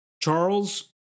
Charles